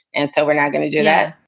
and so we're not going to do that,